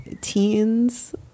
teens